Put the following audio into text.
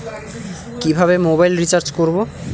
কিভাবে mobile recharge করব?